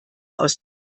aus